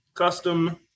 Custom